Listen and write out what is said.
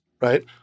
right